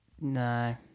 No